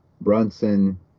Brunson